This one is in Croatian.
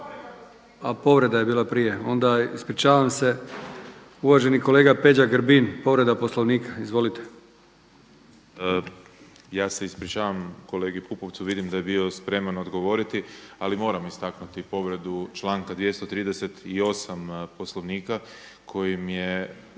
A povreda je bila prije. Onda ispričavam se. Uvaženi kolega Peđa Grbin, povreda Poslovnika. Izvolite. **Grbin, Peđa (SDP)** Ja se ispričavam kolegi Pupovcu, vidim da je bio spreman odgovoriti ali moram istaknuti povredu članka 238. Poslovnika kojim se